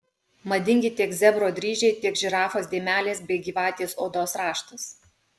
madingi tiek zebro dryžiai tiek žirafos dėmelės bei gyvatės odos raštas